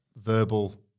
verbal